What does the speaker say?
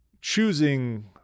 choosing